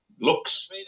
looks